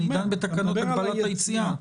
אני דן בתקנות הגבלת היציאה.